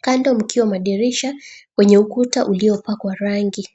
kando mkiwa madirisha kwenye ukuta uliyopakwa rangi.